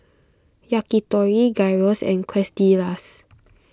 Yakitori Gyros and Quesadillas